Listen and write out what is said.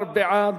17 בעד,